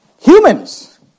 Humans